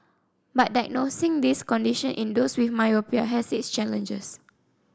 but diagnosing this condition in those with myopia has its challenges